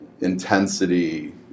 intensity